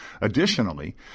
Additionally